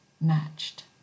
matched